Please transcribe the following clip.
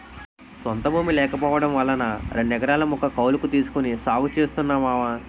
సొంత భూమి లేకపోవడం వలన రెండెకరాల ముక్క కౌలకు తీసుకొని సాగు చేస్తున్నా మావా